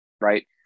right